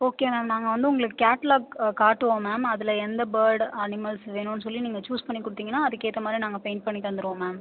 okay ma'am நாங்கள் வந்து உங்களுக்கு கேட்லாக் காட்டுவோம் மேம் அதில் எந்த பேர்ட் அணிமல்ஸ் வேணுன்னு சொல்லி நீங்கள் சூஸ் பண்ணி கொடுத்தீங்கன்னா அதுக்கேற்ற மாதிரி நாங்கள் பெயிண்ட் பண்ணி தந்துருவோம் மேம்